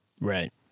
Right